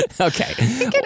Okay